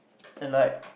and like